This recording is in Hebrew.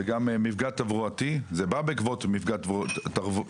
זה בא בעקבות מפגע תברואתי,